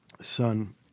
Son